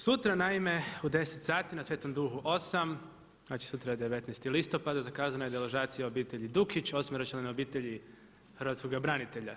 Sutra naime u 10 sati na Svetom duhu 8, znači sutra je 19. listopada zakazana je deložacija obitelji Dukić, osmeročlane obitelji hrvatskoga branitelja.